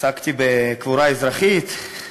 התעסקתי בקבורה אזרחית.